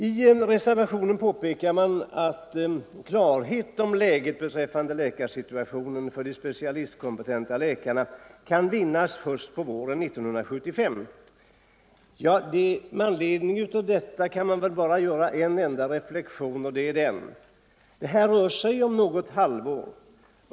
I reservationen påpekas att klarhet om läget beträffande situationen för de specialistkompetenta läkarna kan vinnas först på våren 1975. Ja, Nr 120 med anledning av detta kan man göra en enda reflexion: Det rör sig Onsdagen den om något halvår.